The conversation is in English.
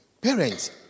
parents